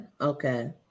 okay